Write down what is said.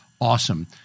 awesome